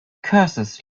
curses